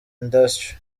industry